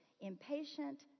impatient